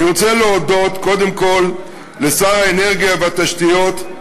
אני רוצה להודות קודם כול לשר התשתיות והאנרגיה,